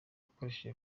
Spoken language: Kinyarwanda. ugakoresha